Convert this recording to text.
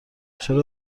چرا